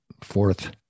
fourth